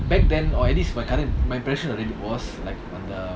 back then or at least my current my was like on the